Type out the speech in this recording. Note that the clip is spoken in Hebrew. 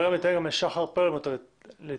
אולי גם ניתן לשחר פרלמוטר להתייחס.